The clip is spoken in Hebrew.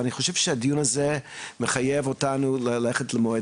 אבל אני חושב שהדיון הזה מחייב אותנו ללכת למועד